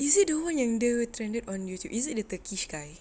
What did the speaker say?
is it the one yang dia trended on YouTube is it the turkish guy